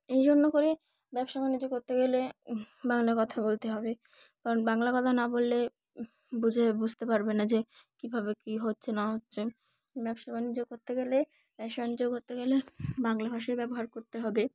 এই জন্য করে ব্যবসা বাণিজ্য করতে গেলে বাংলা কথা বলতে হবে কারণ বাংলা কথা না বললে বুঝে বুঝতে পারবে না যে কীভাবে কী হচ্ছে না হচ্ছে ব্যবসা বাণিজ্য করতে গেলে ব্যবসা বাণিজ্য করতে গেলে বাংলা ভাষায় ব্যবহার করতে হবে